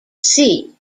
see